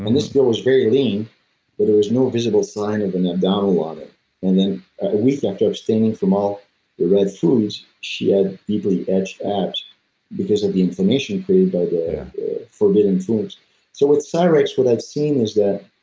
this girl was very lean, but there was no visible sign of an abdominal on it and then, a week after abstaining from all the right foods, she had deeply etched abs because of the inflammation created by the forbidden foods so with cyrex, what i've seen is that,